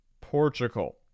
Portugal